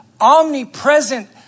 omnipresent